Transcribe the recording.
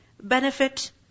Benefit